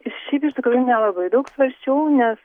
šiaip iš tikrųjų nelabai daug svarsčiau nes